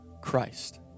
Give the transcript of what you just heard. Christ